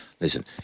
Listen